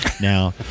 Now